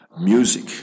music